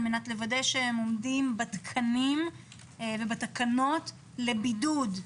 על מנת לוודא שהם עומדים בתקנים ובתקנות לבידוד.